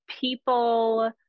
people